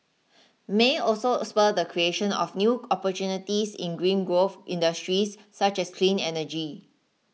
may also spur the creation of new opportunities in green growth industries such as clean energy